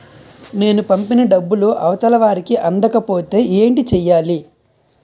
నేను పంపిన డబ్బులు అవతల వారికి అందకపోతే ఏంటి చెయ్యాలి?